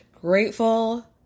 grateful